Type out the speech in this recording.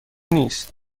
نیست